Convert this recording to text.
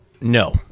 No